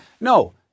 No